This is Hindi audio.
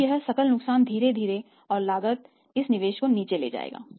फिर यह सकल नुकसान धीरे धीरे और लगातार इस निवेश को नीचे ले जाएगा